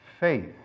Faith